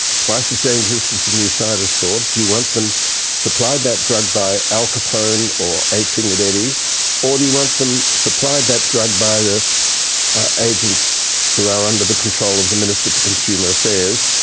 twice as dangerous as the new scientist thought, do you want them supplied that drug by al capone or eight fingered eddie or do you want them supplied that drug by the ah agents who are under the control of the minister for consumer affairs,